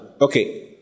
Okay